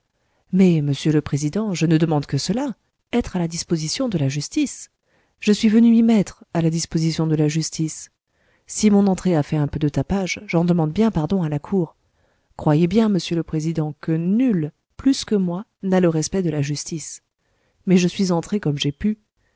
mais monsieur le président je ne demande que cela être à la disposition de la justice si mon entrée a fait un peu de tapage j'en demande bien pardon à la cour croyez bien monsieur le président que nul plus que moi n'a le respect de la justice mais je suis entré comme j'ai pu